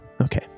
Okay